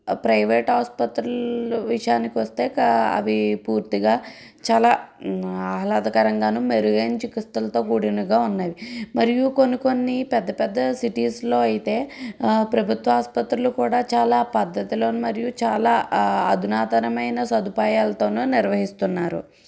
private ఆసుపత్రుల విషయానికొస్తే అవి పూర్తిగా చాలా ఆహ్లాదకరంగాను మెరుగైన చికిత్సలతో కూడినవిగా ఉన్నాయి మరియు కొన్ని పెద్దపెద్ద సిటీస్లో అయితే ప్రభుత్వ ఆసుపత్రులు కూడా చాలా పద్ధతిలోనూ మరియు చాలా అధునాతనమైన సదుపాయాలతోనే నిర్వహిస్తున్నారు